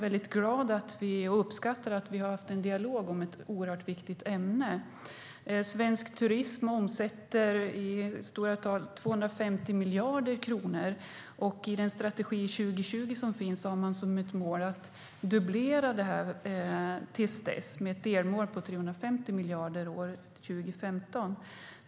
Jag uppskattar att vi haft en dialog om ett oerhört viktigt ämne. Svensk turism omsätter i runda tal 250 miljarder kronor, och i strategin för 2020 har man som mål att dubblera det, med ett delmål om 350 miljarder till 2015.